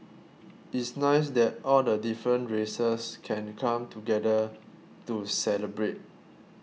it's nice that all the different races can come together to celebrate